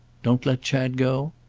don't let chad go?